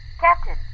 Captain